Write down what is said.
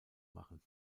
machen